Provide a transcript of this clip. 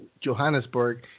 Johannesburg